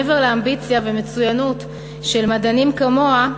מעבר לאמביציה ולמצוינות של מדענים כמוה,